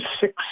six